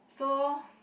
so